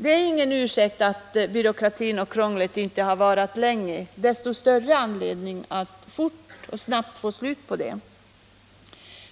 Det är ingen ursäkt att byråkratin och krånglet inte varat länge. Desto större anledning bör det vara att snabbt få slut på det. Jag